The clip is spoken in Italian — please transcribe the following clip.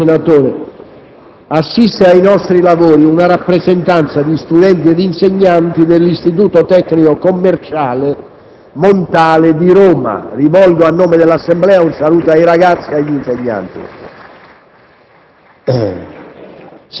finestra"). Assiste ai nostri lavori una rappresentanza di studenti e di insegnanti del liceo ginnasio «Eugenio Montale» di Roma. Rivolgo a nome dell'Assemblea un saluto ai ragazzi e agli insegnanti.